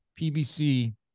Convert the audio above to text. PBC